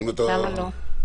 למה לא?